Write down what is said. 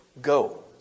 go